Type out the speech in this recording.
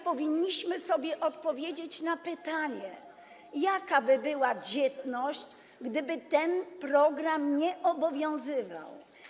Powinniśmy raczej odpowiedzieć sobie na pytanie: Jaka by była dzietność, gdyby ten program nie obowiązywał?